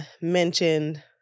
mentioned